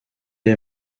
est